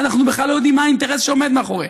ואנחנו בכלל לא יודעים מה האינטרס שעומד מאחוריהם?